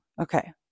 Okay